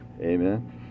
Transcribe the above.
Amen